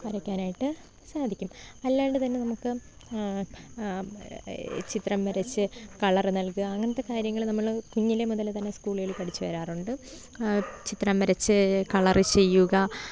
വരയ്ക്കാനായിട്ട് സാധിക്കും അല്ലാണ്ട് തന്നെ നമുക്ക് ചിത്രം വരച്ച് കളറ് നൽക അങ്ങനത്തെ കാര്യങ്ങൾ നമ്മൾ കുഞ്ഞിലെ മുതൽ തന്നെ സ്കൂളുകളിൽ പഠിച്ചു വരാറുണ്ട് ചിത്രം വരച്ച് കളർ ചെയ്യുക